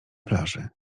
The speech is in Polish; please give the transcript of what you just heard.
plaży